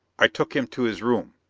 i took him to his room,